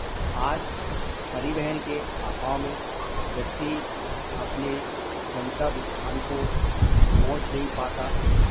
आज परिवहन के अभाव में व्यक्ति अपने गंतव्य स्थान को पहुँच नहीं पाता